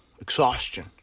exhaustion